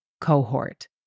cohort